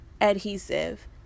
adhesive